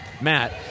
Matt